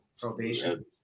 probation